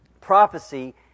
Prophecy